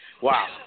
Wow